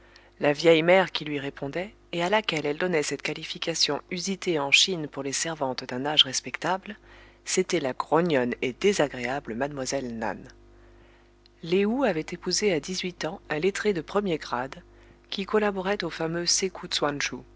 la vieille mère qui lui répondait et à laquelle elle donnait cette qualification usitée en chine pour les servantes d'un âge respectable c'était la grognonne et désagréable mlle nan lé ou avait épousé à dix-huit ans un lettré de premier grade qui collaborait au fameux